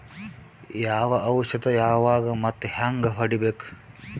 ಯಾವ ಔಷದ ಯಾವಾಗ ಮತ್ ಹ್ಯಾಂಗ್ ಹೊಡಿಬೇಕು?